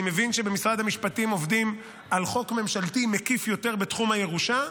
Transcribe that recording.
אני מבין שבמשרד המשפטים עובדים על חוק ממשלתי מקיף יותר בתחום הירושה,